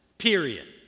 period